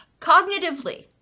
cognitively